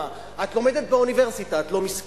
מה, את לומדת באוניברסיטה, את לא מסכנה.